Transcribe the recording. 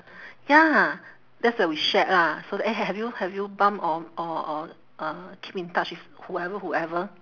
ya that's where we shared lah so that eh have you have you bump or or or uh keep in touch with whoever whoever